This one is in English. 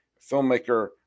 filmmaker